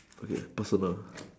okay personal